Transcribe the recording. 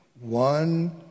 One